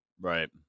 Right